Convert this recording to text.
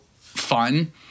fun